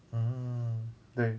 mm 对